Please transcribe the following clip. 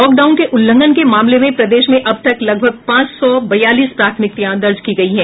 lockdown के उल्लंघन के मामले में प्रदेश में अब तक लगभग पांच सौ बयालीस प्राथमिकियां दर्ज की गयी हैं